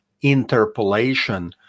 interpolation